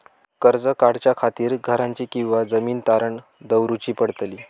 कर्ज काढच्या खातीर घराची किंवा जमीन तारण दवरूची पडतली?